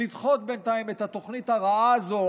לדחות בינתיים את התוכנית הרעה הזו,